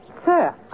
Sir